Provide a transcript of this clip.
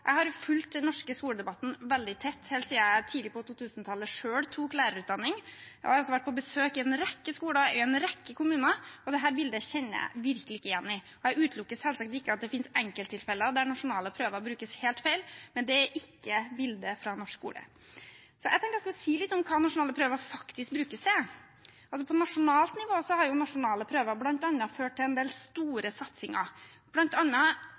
Jeg har fulgt den norske skoledebatten veldig tett helt siden jeg tidlig på 2000-tallet selv tok lærerutdanning. Jeg har også vært på besøk på en rekke skoler i en rekke kommuner, og dette bildet kjenner jeg virkelig ikke igjen. Jeg utelukker selvsagt ikke at det finnes enkelttilfeller der nasjonale prøver brukes helt feil, men det er ikke bildet av norsk skole. Jeg tenkte jeg skulle si litt om hva nasjonale prøver faktisk brukes til. På nasjonalt nivå har nasjonale prøver bl.a. ført til en del